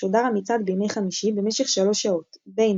שודר המצעד בימי חמישי במשך שלוש שעות – בין